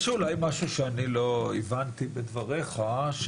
יש אולי משהו שלא הבנתי בדבריך.